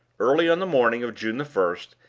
early on the morning of june the first,